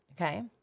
okay